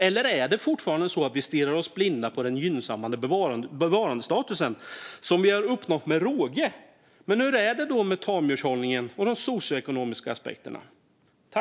Eller stirrar vi oss fortfarande blinda på den gynnsamma bevarandestatusen, som vi har uppnått med råge? Hur är det då med tamdjurshållningen och de socioekonomiska aspekterna?